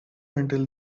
until